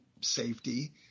safety